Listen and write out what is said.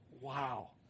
Wow